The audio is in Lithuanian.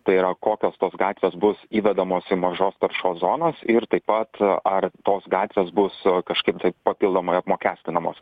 tai yra kokios tos gatvės bus įvedamos į mažos taršos zonas ir taip pat ar tos gatvės bus kažkaip tai papildomai apmokestinamos